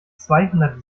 zweihundert